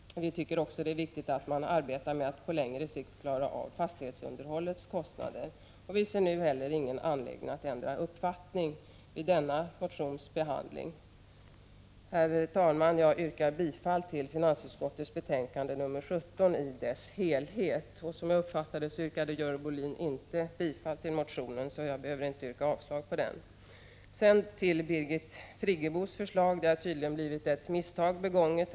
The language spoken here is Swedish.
Vi tycker också det är viktigt att man arbetar med att på längre sikt klara av kostnaderna för fastighetsunderhåll. Utskottet ser ingen anledning att ändra uppfattning vid denna motions behandling. Herr talman! Jag yrkar bifall till hemställan i finansutskottets betänkande nr 17 i dess helhet. Som jag uppfattade det yrkade Görel Bohlin inte bifall till motionen, och jag behöver följaktligen inte yrka avslag på den. Sedan till Birgit Friggebos förslag. Det har tydligen blivit ett misstag begånget.